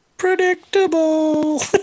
predictable